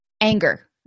anger